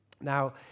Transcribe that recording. Now